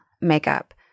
makeup